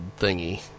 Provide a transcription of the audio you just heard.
thingy